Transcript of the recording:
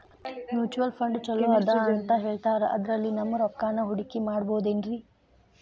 Mutual fund ಛಲೋ ಅದಾ ಅಂತಾ ಹೇಳ್ತಾರ ಅದ್ರಲ್ಲಿ ನಮ್ ರೊಕ್ಕನಾ ಹೂಡಕಿ ಮಾಡಬೋದೇನ್ರಿ?